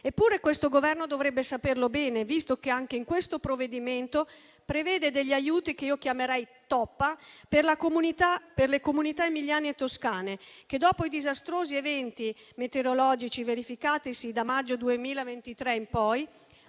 Eppure questo Governo dovrebbe saperlo bene, visto che anche nel provvedimento in esame prevede degli aiuti, che io chiamerei "toppa", per le comunità emiliane e toscane che, dopo i disastrosi eventi meteorologici verificatisi da maggio 2023 in poi,